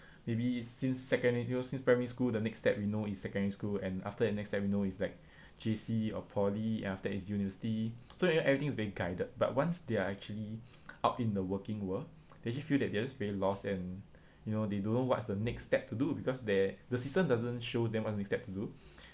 maybe since seconda~ you know since primary school the next step we know is secondary school and after that the next step you know it's like J_C or poly and after that it's university so you know everything's being guided but once they're actually up in the working world they actually feel that they are just very lost and you know they don't know what's the next step to do because they the system doesn't show them what's the next step to do